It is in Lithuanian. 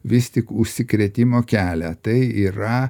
vis tik užsikrėtimo kelią tai yra